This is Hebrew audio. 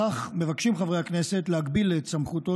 בכך מבקשים חברי הכנסת להגביל את סמכותו